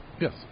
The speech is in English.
Yes